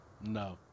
No